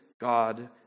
God